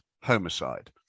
homicide